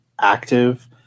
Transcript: active